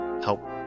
help